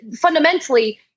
fundamentally